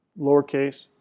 lowercase.